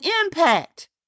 impact